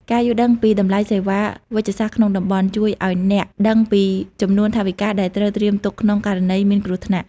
ការយល់ដឹងពីតម្លៃសេវាវេជ្ជសាស្ត្រក្នុងតំបន់ ជួយឱ្យអ្នកដឹងពីចំនួនថវិកាដែលត្រូវត្រៀមទុកក្នុងករណីមានគ្រោះថ្នាក់។